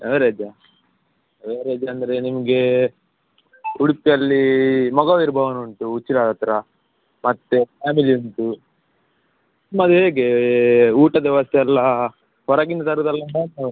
ಎವರೇಜಾ average ಅಂದರೆ ನಿಮಗೆ ಉಡುಪಿಯಲ್ಲಿ ಮೊಗವೀರ ಭವನ ಉಂಟು ಉಚ್ಚಿಲದ ಹತ್ತಿರ ಮತ್ತು ಉಂಟು ಮದುವೆಗೆ ಊಟದ ವ್ಯವಸ್ಥೆ ಎಲ್ಲ ಹೊರಗಿಂದ ತರೋದಲ್ಲ